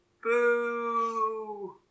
Boo